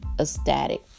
ecstatic